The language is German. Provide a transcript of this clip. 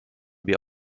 wir